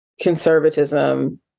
conservatism